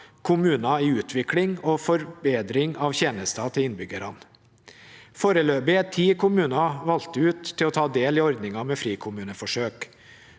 kommuner i utvikling og forbedring av tjenester til innbyggerne. Foreløpig er ti kommuner valgt ut til å ta del i ordningen med frikommuneforsøk.